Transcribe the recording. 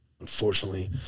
Unfortunately